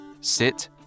sit